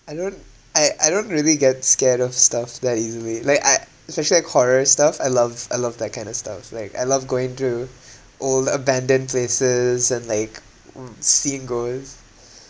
I don't I I don't really get scared of stuff that easily like I especially like horror stuff I love I love that kind of stuff like I love going to old abandoned places and like seeing ghosts